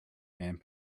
and